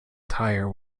tyre